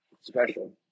special